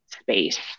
space